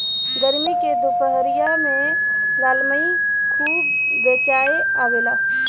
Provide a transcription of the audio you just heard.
गरमी के दुपहरिया में लालमि खूब बेचाय आवेला